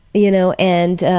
you know, and